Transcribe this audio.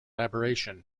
aberration